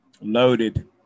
loaded